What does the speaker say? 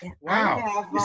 Wow